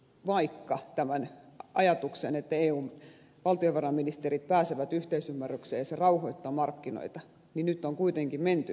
vaikka on tämä ajatus että kun eun valtiovarainministerit pääsevät yhteisymmärrykseen se rauhoittaa markkinoita niin nyt on kuitenkin menty toiseen suuntaan